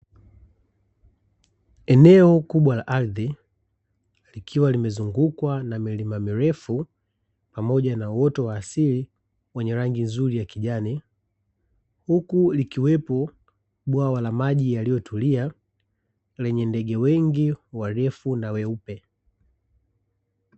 Eneo kubwa la ardhi, likiwa limezungukwa na milima mirefu pamoja na uoto wa asili, wenye rangi nzuri ya kijani, huku likiwemo bwawa la maji yaliyotulia lenye ndege wengi warefu na weupe.